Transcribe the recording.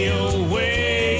away